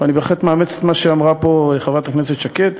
ואני בהחלט מאמץ את מה שאמרה פה חברת הכנסת שקד,